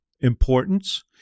importance